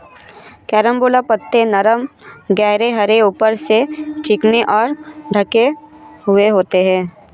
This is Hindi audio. कैरम्बोला पत्ते नरम गहरे हरे ऊपर से चिकने और ढके हुए होते हैं